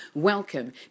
Welcome